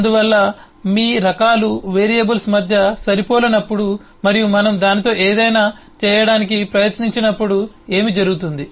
అందువల్ల మీ రకాలు వేరియబుల్స్ మధ్య సరిపోలనప్పుడు మరియు మనము దానితో ఏదైనా చేయడానికి ప్రయత్నించినప్పుడు ఏమి జరుగుతుంది